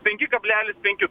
penki kablelis penki